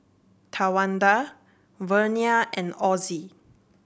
Tawanda Vernia and Ossie